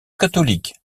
catholiques